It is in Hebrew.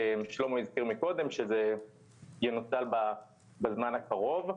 שלמה הזכיר קודם שזה ינוצל בזמן הקרוב.